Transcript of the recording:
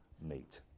meet